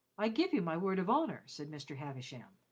i give you my word of honour, said mr. havisham,